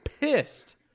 pissed